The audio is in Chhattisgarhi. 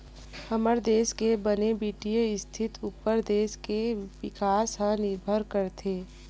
हमर देस के बने बित्तीय इस्थिति उप्पर देस के बिकास ह निरभर करथे